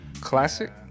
Classic